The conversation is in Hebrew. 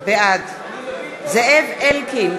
בעד זאב אלקין,